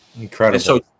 Incredible